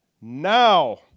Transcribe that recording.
now